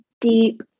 deep